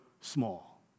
small